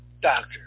doctor